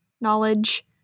knowledge